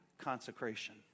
consecration